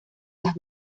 las